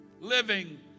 living